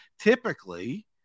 typically